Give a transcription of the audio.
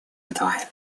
этого